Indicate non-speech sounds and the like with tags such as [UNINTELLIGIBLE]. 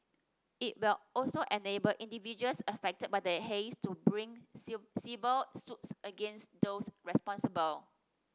it will also enable individuals affected by the haze to bring [UNINTELLIGIBLE] civil suits against those responsible